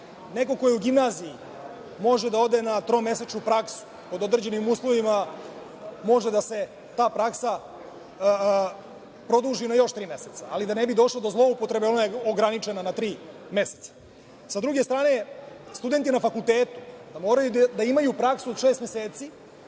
neko ko je u gimnaziji može da ode na tromesečnu praksu, pod određenim uslovima, može da se ta praksa produži na još tri meseca, ali da ne bi došlo do zloupotrebe ona je ograničena na tri meseca. Sa druge strane, studenti na fakultetu moraju da imaju praksu od šest meseci,